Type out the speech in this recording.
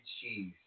cheese